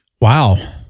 Wow